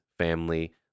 family